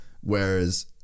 whereas